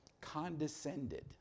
Condescended